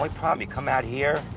like problem, you come out here,